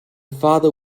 father